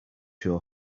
your